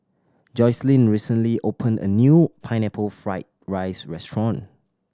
Jocelyne recently opened a new Pineapple Fried rice restaurant